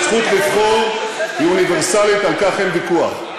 הזכות לבחור היא אוניברסלית, על כך אין ויכוח.